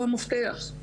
המבקר יודע שהוא כושל.